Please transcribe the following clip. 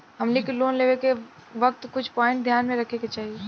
हमनी के लोन लेवे के वक्त कुछ प्वाइंट ध्यान में रखे के चाही